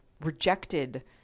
rejected